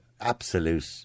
absolute